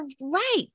right